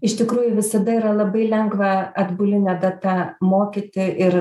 iš tikrųjų visada yra labai lengva atbuline data mokyti ir